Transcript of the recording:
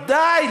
האלה, די.